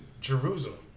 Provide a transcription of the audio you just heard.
Jerusalem